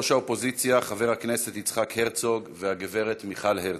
ראש האופוזיציה חבר הכנסת יצחק הרצוג והגברת מיכל הרצוג,